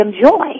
joy